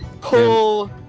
Pull